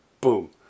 boom